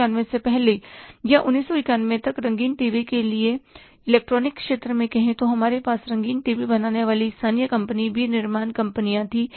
1991 से पहले या 1991 तक रंगीन टीवी के लिए इलेक्ट्रॉनिक क्षेत्र में कहे तो हमारे पास रंगीन टीवी बनाने वाली स्थानीय भारतीय विनिर्माण कंपनियां थीं